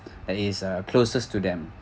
that is uh closest to them